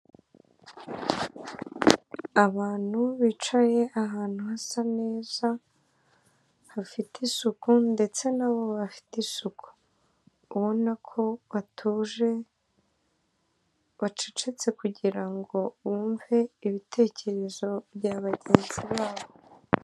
Abantu bicaye ahantu hasa neza hafite isuku ndetse nabo bafite isuku ubona ko batuje bacecetse kugira ngo bumve ibitekerezo bya bagenzi babo.